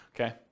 Okay